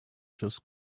just